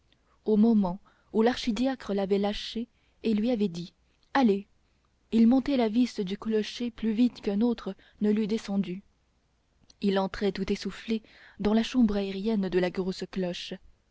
au moment où l'archidiacre l'avait lâché et lui avait dit allez il montait la vis du clocher plus vite qu'un autre ne l'eût descendue il entrait tout essoufflé dans la chambre aérienne de la grosse cloche